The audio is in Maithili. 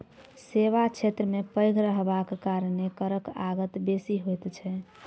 सेवा क्षेत्र पैघ रहबाक कारणेँ करक आगत बेसी होइत छै